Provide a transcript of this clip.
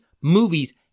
movies